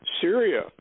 Syria